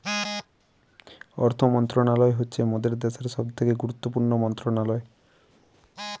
অর্থ মন্ত্রণালয় হচ্ছে মোদের দ্যাশের সবথেকে গুরুত্বপূর্ণ মন্ত্রণালয়